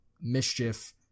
mischief